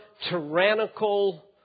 tyrannical